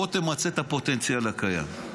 בוא תמצה את הפוטנציאל הקיים.